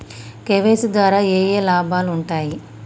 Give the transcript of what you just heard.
KYC ద్వారా ఏఏ లాభాలు ఉంటాయి?